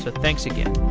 thanks again